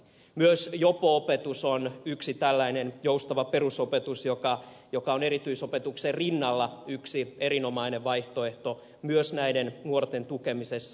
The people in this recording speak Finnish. myös jopo opetus on yksi tällainen joustava perusopetus joka on erityisopetuksen rinnalla yksi erinomainen vaihtoehto myös näiden nuorten tukemisessa